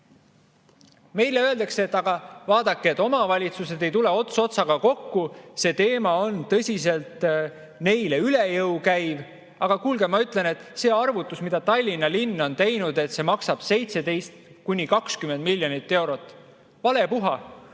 öeldakse, et aga vaadake, omavalitsused ei tule ots otsaga kokku, see teema käib neile tõsiselt üle jõu. Aga kuulge, ma ütlen, et see arvutus, mille Tallinna linn on teinud, et see maksab 17–20 miljonit eurot – vale puha!